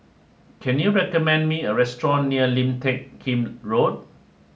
can you recommend me a restaurant near Lim Teck Kim Road